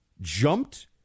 jumped